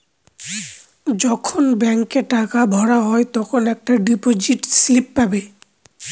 যখন ব্যাঙ্কে টাকা ভরা হয় তখন একটা ডিপোজিট স্লিপ পাবে